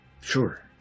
Sure